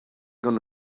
gonna